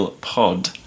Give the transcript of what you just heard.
Pod